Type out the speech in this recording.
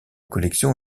collection